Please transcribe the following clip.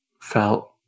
felt